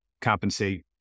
compensate